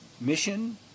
mission